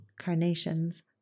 carnations